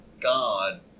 God